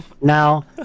Now